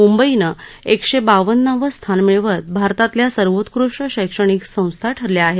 मुंबईनं एकशे बावन्नावं स्थान मिळवत भारतातल्या सर्वोकृष्ट शक्षणिक संस्था ठरल्या आहे